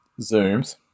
Zooms